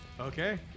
Okay